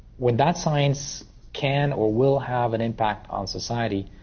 when that science can or will have an impact on society,